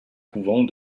couvent